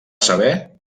saber